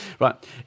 Right